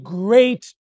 great